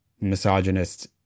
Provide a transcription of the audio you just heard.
misogynist